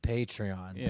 Patreon